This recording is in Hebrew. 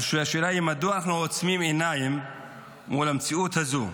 השאלה היא מדוע אנחנו עוצמים עיניים מול המציאות הזו.